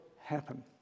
happen